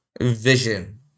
vision